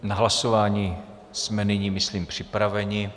Na hlasování jsme nyní, myslím, připraveni.